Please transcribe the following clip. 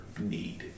need